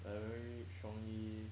like very strongly